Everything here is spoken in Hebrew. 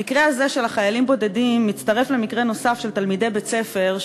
המקרה הזה של החיילים הבודדים מצטרף למקרה נוסף של תלמידי בית-ספר,